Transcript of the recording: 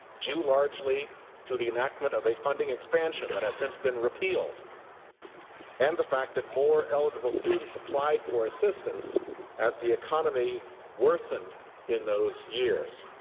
due largely to the enactment of a funding expansion that has since been repealed and the fact that more eligible students applied for assistance as the economy worsened in those years.